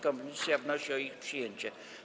Komisja wnosi o ich przyjęcie.